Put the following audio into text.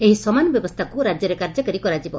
ଏହି ସମାନ ବ୍ୟବସ୍ଷାକୁ ରାଜ୍ୟରେ କାର୍ଯ୍ୟକାରୀ କରାଯିବ